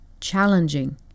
challenging